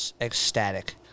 ecstatic